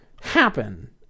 happen